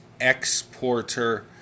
exporter